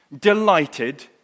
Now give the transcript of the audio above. delighted